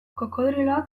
krokodiloak